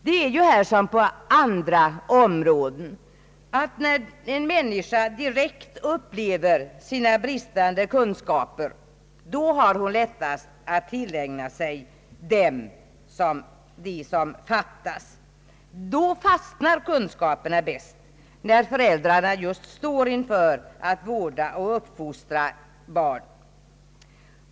Det är ju här som på andra områden, att när en människa direkt upplever sina bristande kunskaper, då har hon lättast att tillägna sig det som fattas. När föräldrarna just står inför uppgiften att vårda och fostra ett barn, då fastnar de kunskaper bäst som behövs på det området.